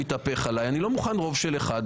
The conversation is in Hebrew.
אני לא מוכן רוב של אחד,